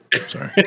sorry